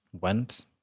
went